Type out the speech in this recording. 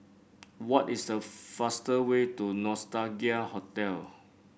what is the fastest way to Nostalgia Hotel